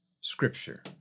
Scripture